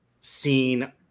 seen